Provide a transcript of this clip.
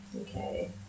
Okay